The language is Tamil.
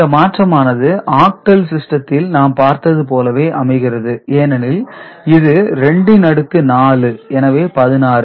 இந்த மாற்றமானது ஆக்டல் சிஸ்டத்தில் நாம் பார்த்தது போலவே அமைகிறது ஏனெனில் இது 2 ன் அடுக்கு 4 எனவே 16